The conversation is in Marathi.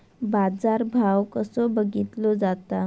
बाजार भाव कसो बघीतलो जाता?